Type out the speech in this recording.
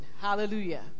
Hallelujah